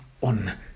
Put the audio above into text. on